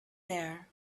there